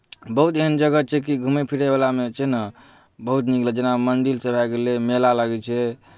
बहुत एहन जगह छै कि घूमै फिरैवलामे छै ने बहुत नीक लगै छै जेना मन्दिरसभ भए गेलै मेला लगै छै